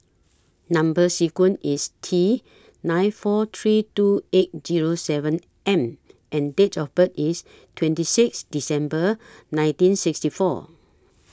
Number sequence IS T nine four three two eight Zero seven M and Date of birth IS twenty six December nineteen sixty four